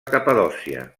capadòcia